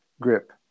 grip